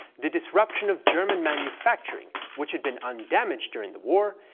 the disruption of german manufacturing, which had been undamaged during the war,